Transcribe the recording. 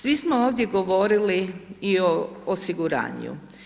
Svi smo ovdje govorili i o osiguranju.